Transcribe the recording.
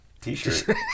T-shirt